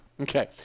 Okay